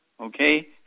okay